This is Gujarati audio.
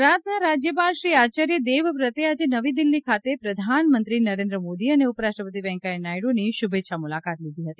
ગુજરાતના રાજ્યપાલ શ્રી આચાર્ય દેવવ્રતે આજે નવી દિલ્હી ખાતે પ્રધાનમંત્રી નરેન્દ્ર મોદી અને ઉપરાષ્ટ્રપતિ વેકેયા નાયડુની શુભેચ્છા મુલાકાત લીધી હતી